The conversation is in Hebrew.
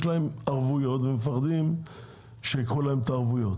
להם ערבויות והם מפחדים שייקחו להם את הערבויות,